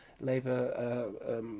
Labour